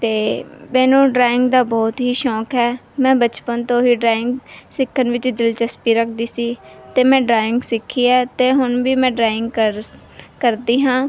ਅਤੇ ਮੈਨੂੰ ਡਰਾਇੰਗ ਦਾ ਬਹੁਤ ਹੀ ਸ਼ੌਕ ਹੈ ਮੈਂ ਬਚਪਨ ਤੋਂ ਹੀ ਡਰਾਇੰਗ ਸਿੱਖਣ ਵਿੱਚ ਦਿਲਚਸਪੀ ਰੱਖਦੀ ਸੀ ਅਤੇ ਮੈਂ ਡਰਾਇੰਗ ਸਿੱਖੀ ਹੈ ਅਤੇ ਹੁਣ ਵੀ ਮੈਂ ਡਰਾਇੰਗ ਕਰ ਕਰਦੀ ਹਾਂ